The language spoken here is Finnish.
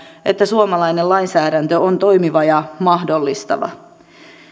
että suomalainen lainsäädäntö on toimiva ja mahdollistava